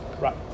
Right